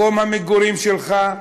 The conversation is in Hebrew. מקום המגורים שלך,